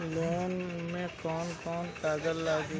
Loan में कौन कौन कागज लागी?